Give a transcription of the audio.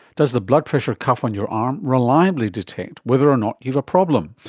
does the blood pressure cuff on your arm reliably detect whether or not you have a problem?